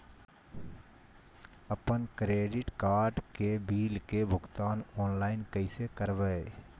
अपन credit card के bill के भुगतान ऑनलाइन कैसे करबैय?